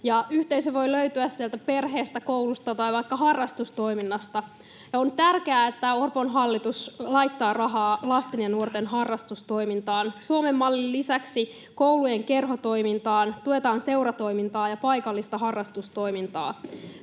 Yhteisö voi löytyä sieltä perheestä, koulusta tai vaikka harrastustoiminnasta. On tärkeää, että Orpon hallitus laittaa rahaa lasten ja nuorten harrastustoimintaan, Suomen-mallin lisäksi koulujen kerhotoimintaan, tuetaan seuratoimintaa ja paikallista harrastustoimintaa.